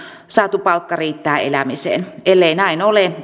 saatu palkka riittää elämiseen ellei näin ole